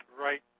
right